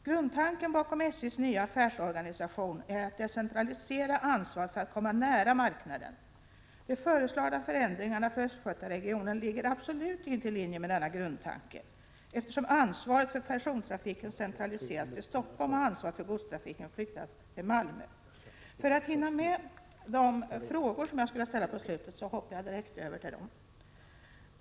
Grundtanken bakom SJ:s nya affärsorganisation är att decentralisera ansvaret för att därigenom komma nära marknaden. De föreslagna föränd-! ringarna för Östgötaregionen ligger absolut inte i linje med denna grundtanke, eftersom ansvaret för persontrafiken centraliseras till Stockholm ochj ansvaret för godstrafiken flyttas till Malmö. För att säkert hinna ställa mina frågor till kommunikationsministern innan] min taletid utgår, ställer jag dem nu.